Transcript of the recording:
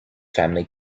family